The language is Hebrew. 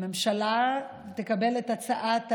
הממשלה תקבל את הצעת הוועדה,